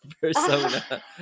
persona